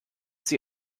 sie